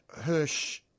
Hirsch